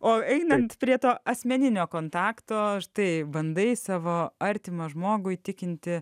o einant prie to asmeninio kontakto štai bandai savo artimą žmogų įtikinti